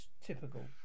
Typical